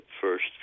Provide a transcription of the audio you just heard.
first